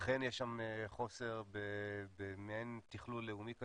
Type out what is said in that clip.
אכן יש שם חוסר במעין תכלול לאומי כזה.